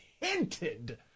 hinted